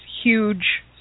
huge